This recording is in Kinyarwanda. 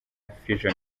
fission